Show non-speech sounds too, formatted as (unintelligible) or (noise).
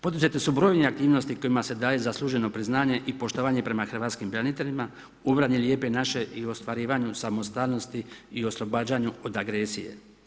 Poduzete su brojne aktivnosti, kojima se daje za služeno priznanje i poštovanje prema hrvatskim braniteljima, … (unintelligible) Lijepe naše i ostvarivanju samostalnosti i oslobađanju od agresije.